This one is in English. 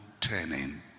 turning